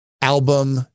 album